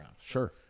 Sure